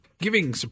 giving